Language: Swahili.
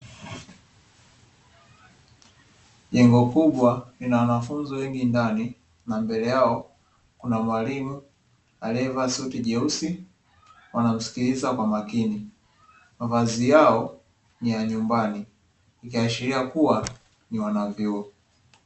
Jengo kubwa lina wanafunzi wengi ndani, na mbele yao kuna mwalimu aliyevaa suti jeusi. Wanamsikiliza kwa makini, mavazi yao ni ya nyumbani, ikiashiria kuwa ni wanavyuo.